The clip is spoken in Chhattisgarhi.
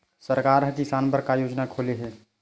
सरकार ह किसान बर का योजना खोले हे?